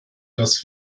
dass